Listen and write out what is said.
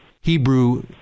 Hebrew